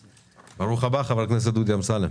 ברוך הבא חבר הכנסת דודי אמסלם.